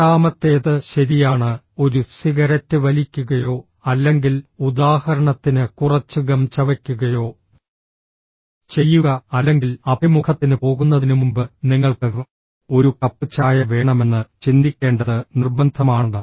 എട്ടാമത്തേത് ശരിയാണ് ഒരു സിഗരറ്റ് വലിക്കുകയോ അല്ലെങ്കിൽ ഉദാഹരണത്തിന് കുറച്ച് ഗം ചവയ്ക്കുകയോ ചെയ്യുക അല്ലെങ്കിൽ അഭിമുഖത്തിന് പോകുന്നതിനുമുമ്പ് നിങ്ങൾക്ക് ഒരു കപ്പ് ചായ വേണമെന്ന് ചിന്തിക്കേണ്ടത് നിർബന്ധമാണ്